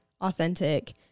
authentic